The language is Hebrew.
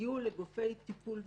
יגיעו לגופי טיפול וחקירה,